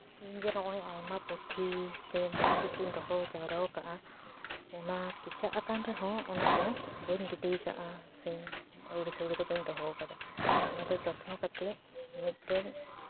ᱤᱧ ᱡᱮ ᱱᱚᱜ ᱚᱭ ᱟᱭᱢᱟ ᱯᱩᱛᱷᱤ ᱥᱮ ᱢᱩᱨᱛᱤ ᱠᱚᱧ ᱫᱚᱦᱚ ᱡᱟᱣᱨᱟ ᱟᱠᱟᱫᱼᱟ ᱚᱱᱟ ᱠᱮᱪᱟᱜ ᱟᱠᱟᱱ ᱨᱮᱦᱚᱸ ᱚᱱᱟ ᱫᱚ ᱵᱟᱹᱧ ᱜᱤᱰᱤ ᱟᱠᱟᱫᱼᱟ ᱥᱮ ᱟᱹᱣᱲᱤ ᱥᱟᱹᱣᱲᱤ ᱫᱚ ᱵᱟᱹᱧ ᱫᱚᱦᱚ ᱟᱠᱟᱫᱟ ᱚᱱᱟ ᱫᱚ ᱡᱚᱛᱱᱚ ᱠᱟᱛᱮᱫ ᱢᱤᱫᱴᱮᱱ